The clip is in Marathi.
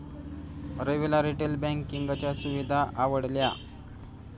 रविला रिटेल बँकिंगच्या सुविधा आवडल्या